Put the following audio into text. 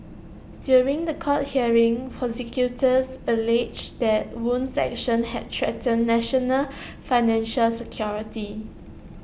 during The Court hearing prosecutors alleged that Wu's actions had threatened national financial security